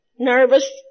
nervous